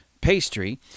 pastry